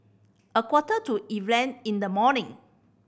a quarter to event in the morning